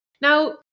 Now